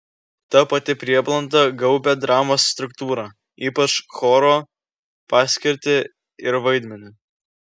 ta pati prieblanda gaubė dramos struktūrą ypač choro paskirtį ir vaidmenį